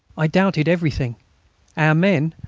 i doubted everything our men,